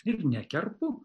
ir nekerpu